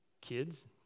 kids